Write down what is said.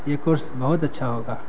یہ کورس بہت اچھا ہوگا